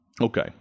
Okay